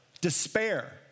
Despair